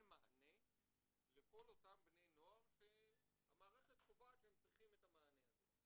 מענה לכל אותם בני נוער שהמערכת קובעת שהם צריכים את המענה הזה.